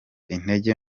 intege